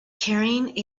carrying